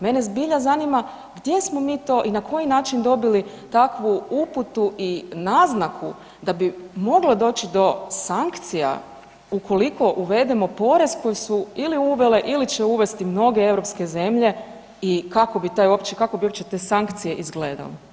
Mene zbilja zanima gdje smo mi to i na koji način dobili takvu uputu i naznaku da bi moglo doći do sankcija ukoliko uvedemo porez koji su ili uvele ili će uvesti mnoge europske zemlje i kako bi te uopće sankcije izgledale?